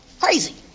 crazy